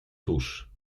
tuż